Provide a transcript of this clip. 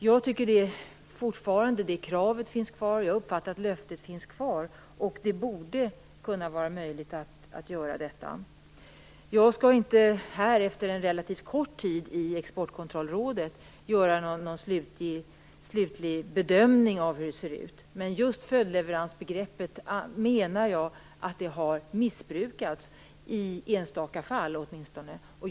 Jag tycker fortfarande att kravet finns kvar. Jag uppfattar att löftet finns kvar, och det borde kunna vara möjligt att göra detta. Jag skall inte här, efter en relativt kort tid i Exportkontrollrådet, göra någon slutlig bedömning av hur det ser ut, men just följdleveransbegreppet har, menar jag, missbrukats åtminstone i enskilda fall.